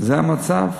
זה המצב,